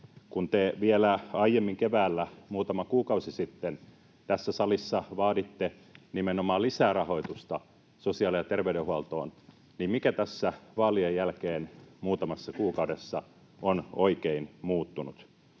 Kun te vielä aiemmin keväällä, muutama kuukausi sitten, tässä salissa vaaditte nimenomaan lisää rahoitusta sosiaali‑ ja terveydenhuoltoon, niin mikä tässä vaalien jälkeen muutamassa kuukaudessa on oikein muuttunut?